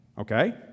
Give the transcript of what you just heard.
Okay